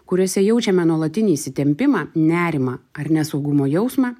kuriuose jaučiame nuolatinį įsitempimą nerimą ar nesaugumo jausmą